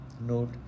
Note